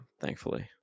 thankfully